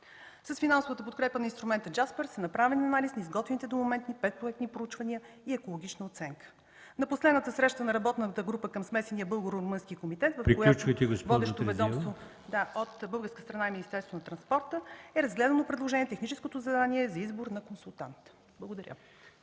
С финансовата подкрепа на Инструмента „Джаспар” са направени анализ и са изготвени до момента предпроектни проучвания и екологична оценка. На последната среща на работната група към смесения българо-румънски комитет, като водещо ведомство от българска страна – Министерството на транспорта, е разгледало предложенията за техническото задание и за избор на консултант. Благодаря.